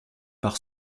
par